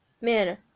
Man